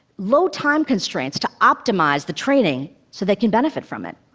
low time constraints to optimize the training, so they can benefit from it.